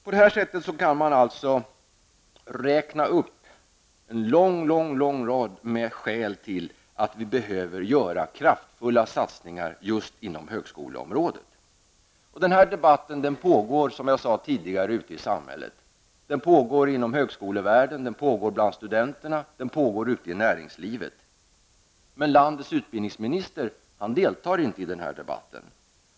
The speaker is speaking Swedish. Man kan på detta sätt räkna upp en lång, lång rad med skäl till att vi behöver göra kraftfulla satsningar just på högskoleområdet. Den här debatten pågår, som jag sade, ute i samhället. Den pågår inom högskolevärlden, bland studenterna och ute i näringslivet. Men landets utbildningsminister deltar inte i den här debatten.